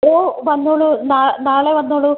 ഓ വന്നോളൂ നാളെ വന്നോളൂ